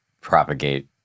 propagate